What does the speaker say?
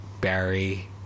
Barry